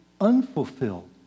unfulfilled